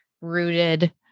rooted